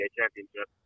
Championship